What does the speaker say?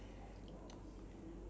wait are you left with two